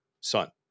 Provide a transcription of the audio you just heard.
son